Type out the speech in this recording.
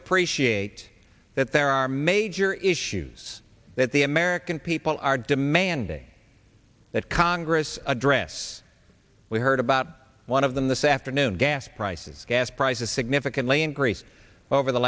appreciate that there are major issues that the american people are demanding that congress address we heard about one of them this afternoon gas prices gas prices significantly increase over the